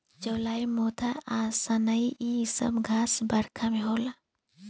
चौलाई मोथा आ सनइ इ सब घास बरखा में होला